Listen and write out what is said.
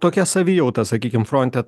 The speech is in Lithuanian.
tokia savijauta sakykim fronte